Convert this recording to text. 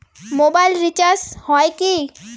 Mobile recharge হয় কি?